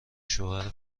شوهر